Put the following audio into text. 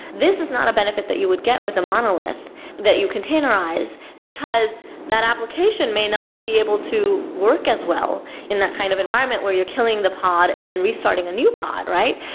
this is a benefit that you would get with a monolith that you containerize, because that application may not be able to work as well in that kind of environment where you're killing the pod and then restarting a new pod, right?